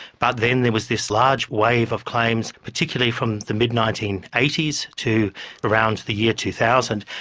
but then there was this large wave of claims particularly from the mid nineteen eighty s to around the year two thousand.